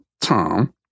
tom